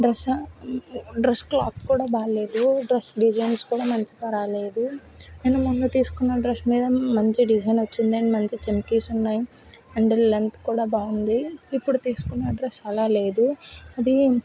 dress dress cloth కూడా బాగోలేదు dress designs కూడా మంచిగా రాలేదు అండ్ నిన్న తీసుకున్న డ్రెస్ మీద మంచి డిజైన్ వచ్చింది అండ్ మంచి చమ్కీస్ ఉన్నాయి అండ్ లెంగ్త్ కూడా బాగుంది ఇప్పుడు తీసుకున్న డ్రెస్ అలా లేదు అది